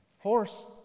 Horse